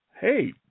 Hey